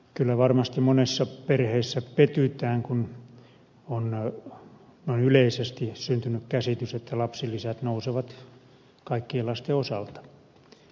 kyllä varmasti monessa perheessä petytään kun on noin yleisesti syntynyt käsitys että lapsilisät nousevat kaikkien lasten osalta